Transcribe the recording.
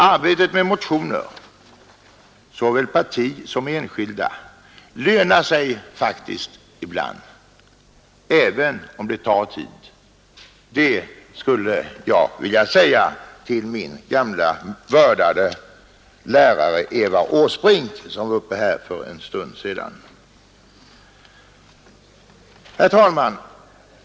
Arbetet med motioner, såväl partimotioner som enskilda, lönar sig faktiskt ibland — även om det tar tid. Det skulle jag vilja säga till min ”gamla” vördade lärare, Eva Åsbrink, som var uppe i talarstolen för en stund sedan. Herr talman!